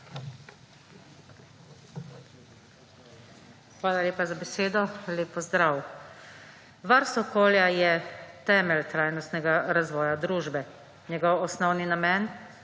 Hvala lepa za besedo. Lep pozdrav! Varstvo okolja je temelj trajnostnega razvoja družbe. Njegov osnovni namen